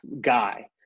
guy